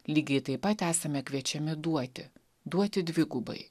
lygiai taip pat esame kviečiami duoti duoti dvigubai